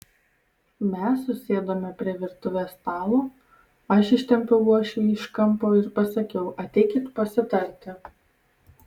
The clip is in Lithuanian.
mes susėdome prie virtuvės stalo aš ištempiau uošvį iš kampo ir pasakiau ateikit pasitarti